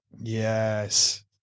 Yes